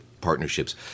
partnerships